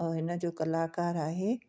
औ हिन जो कलाकारु आहे